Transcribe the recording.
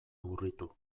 urritu